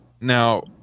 Now